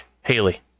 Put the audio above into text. Haley